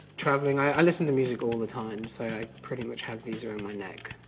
traveling, i listen to music all the time, so i pretty much have these around my neck